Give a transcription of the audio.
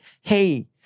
Hey